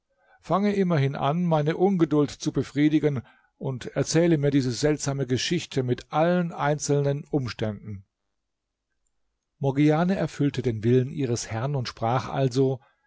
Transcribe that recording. fange immerhin an meine ungeduld zu befriedigen und erzähle mir diese seltsame geschichte mit allen einzelnen umständen morgiane erfüllte den willen ihres herrn und sprach also